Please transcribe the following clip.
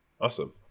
Awesome